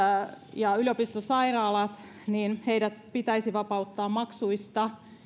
ja yliopistosairaalat tekevät tutkimuksia niin heidät pitäisi vapauttaa maksuista